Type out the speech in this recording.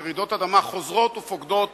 שרעידות אדמה חוזרות ופוקדות